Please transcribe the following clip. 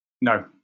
No